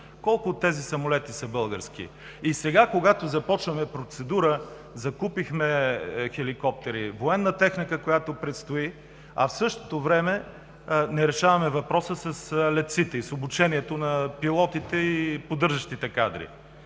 Колко от тези самолети са български? И сега, когато започваме процедура, закупихме хеликоптери, военна техника, а в същото време не решаваме въпроса с летците, с обучението на пилотите и поддържащите кадри.